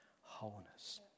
wholeness